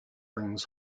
brings